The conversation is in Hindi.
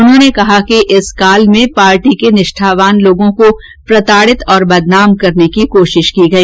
उन्होंने कहा कि इस काल में पार्टी के निष्ठावान लोगों को प्रताडित और बदनाम करने की कोशिश की गई